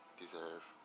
deserve